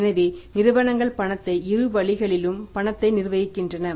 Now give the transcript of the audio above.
எனவே நிறுவனங்கள் பணத்தை இரு வழிகளிலும் பணத்தை நிர்வகிக்கின்றன